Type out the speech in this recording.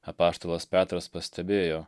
apaštalas petras pastebėjo